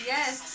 Yes